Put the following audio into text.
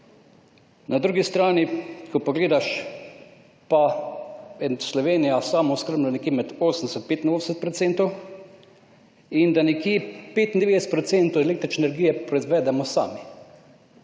na drugi strani ko pogledaš pa je Slovenija samooskrbna nekje med 80-85 % in da nekje 95 % električne energije proizvedemo sami.